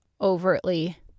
overtly